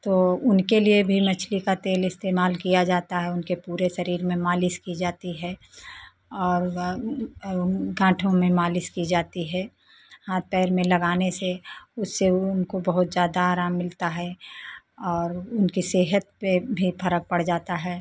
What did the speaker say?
तो उनके लिए भी मछली का तेल इस्तेमाल किया जाता है उनके पूरे शरीर में मालिश की जाती है और वह गाँठो में मालिश की जाती है हाथ पैर में लगाने से उससे वो उनको बहुत ज़्यादा आराम मिलता है और उनकी सेहत पे भी फ़र्क पड़ जाता है